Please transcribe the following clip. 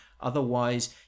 Otherwise